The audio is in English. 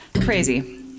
Crazy